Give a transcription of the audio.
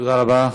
תודה רבה.